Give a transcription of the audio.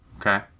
Okay